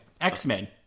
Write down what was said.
X-Men